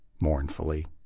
mournfully